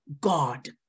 God